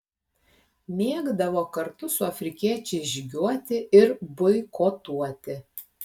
mėgdavo kartu su afrikiečiais žygiuoti ir boikotuoti